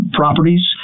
properties